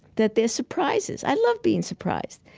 that there surprises. i love being surprised.